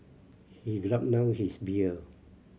he gulped down his beer